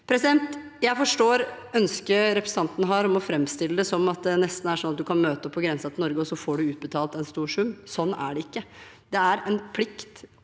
Jeg forstår ønsket representanten har om å framstille det som om det nesten er sånn at man kan møte opp på grensen til Norge, og så får man utbetalt en stor sum. Sånn er det ikke. Det er en plikt